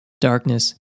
darkness